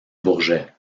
bourget